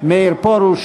מאיר פרוש,